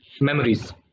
memories